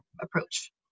approach